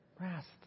rest